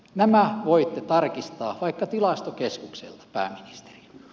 nämä voitte tarkistaa vaikka tilastokeskukselta pääministeri